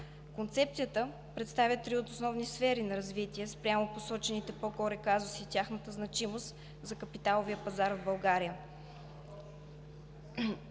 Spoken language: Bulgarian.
Концепцията представя три основни сфери на развитие спрямо посочените по-горе казуси и тяхната значимост за капиталовия пазар в България.